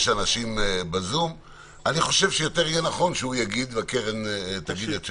יותר נכון שהוא יגיד ושהקרן תגיד את שלה.